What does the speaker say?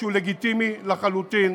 שהוא לגיטימי לחלוטין,